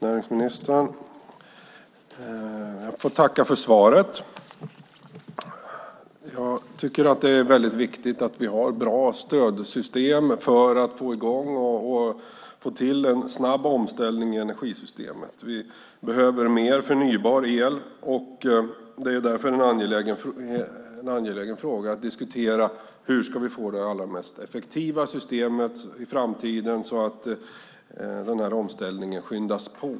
Fru talman! Jag tackar näringsministern för svaret. Det är väldigt viktigt att vi har bra stödsystem för att få i gång och få till en snabb omställning i energisystemet. Vi behöver mer förnybar el. Det är därför en angelägen fråga att diskutera hur vi ska få det allra effektivaste systemet i framtiden, så att omställningen skyndas på.